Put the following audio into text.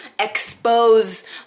expose